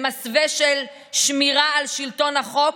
במסווה של שמירה על שלטון החוק,